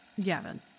Gavin